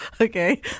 Okay